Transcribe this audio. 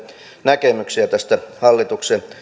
näkemyksiä tästä hallituksen